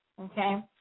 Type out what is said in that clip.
okay